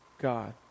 God